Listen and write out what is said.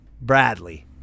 Bradley